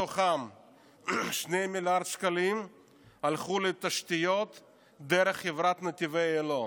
מתוכם 2 מיליארד שקלים הלכו לתשתיות דרך חברת נתיבי איילון.